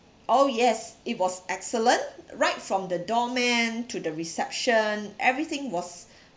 oh yes it was excellent right from the doorman to the reception everything was